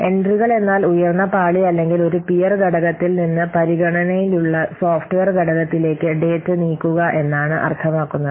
എൻട്രികൾ എന്നാൽ ഉയർന്ന പാളി അല്ലെങ്കിൽ ഒരു പിയർ ഘടകത്തിൽ നിന്ന് പരിഗണനയിലുള്ള സോഫ്റ്റ്വെയർ ഘടകത്തിലേക്ക് ഡാറ്റ നീക്കുക എന്നാണ് അർത്ഥമാക്കുന്നത്